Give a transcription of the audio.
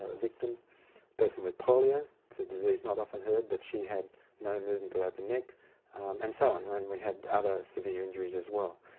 ah victim, a person with polio, it's a disease not often heard but she had no movement below the neck and so on. and we had other severe injuries as well.